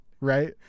right